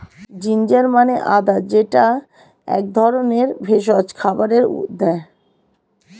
ginger মানে আদা যেইটা এক ধরনের ভেষজ খাবারে দেয়